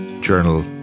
Journal